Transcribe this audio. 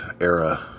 era